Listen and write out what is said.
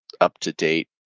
up-to-date